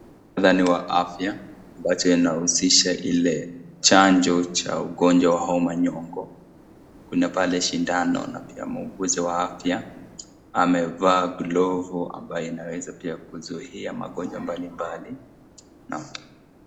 Mkutano wa afya ambacho inahusisha Ile chanjo cha ugonjwa ya homa nyongo. Kuna pale sindano na pia mhuguzi wa afya, amevaa glovu ambayo inaweza pia kuzuia magonjwa mbalimbali.